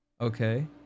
Okay